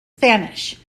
spanish